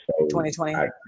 2020